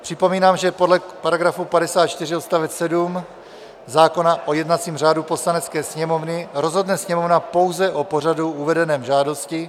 Připomínám, že podle § 54 odst. 7 zákona o jednacím řádu Poslanecké sněmovny rozhodne Sněmovna pouze o pořadu uvedeném v žádosti.